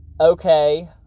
Okay